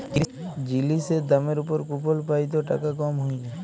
জিলিসের দামের উপর কুপল পাই ত টাকা কম হ্যঁয়ে যায়